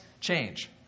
change